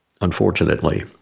unfortunately